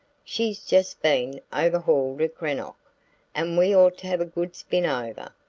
she's just been overhauled at greenock, and we ought to have a good spin over.